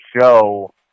show